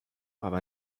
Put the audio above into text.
aber